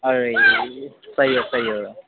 अरे सही हो सही हो